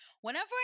Whenever